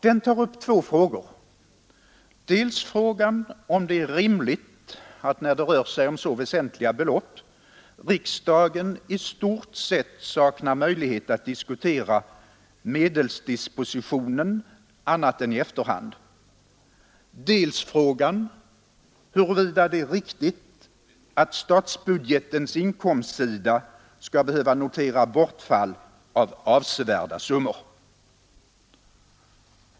Den tar upp två frågor: dels frågan om det är rimligt att — när det rör sig om så väsentliga belopp — riksdagen i stort sett saknar möjlighet att diskutera medelsdispositionen annat än i efterhand, dels frågan huruvida det är riktigt att statsbudgetens inkomstsida skall behöva notera bortfall av avsevärda summor.